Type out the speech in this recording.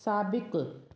साबिक़ु